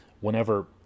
whenever